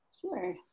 Sure